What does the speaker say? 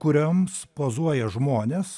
kurioms pozuoja žmonės